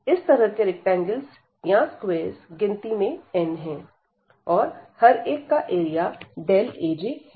इस तरह के रैक्टेंगलस या स्क्वेयरस गिनती में n हैं और हर एक का एरिया Aj है